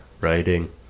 writing